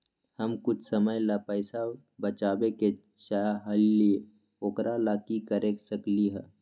हम कुछ समय ला पैसा बचाबे के चाहईले ओकरा ला की कर सकली ह?